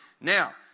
Now